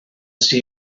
see